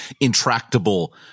intractable